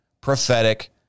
prophetic